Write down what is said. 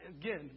again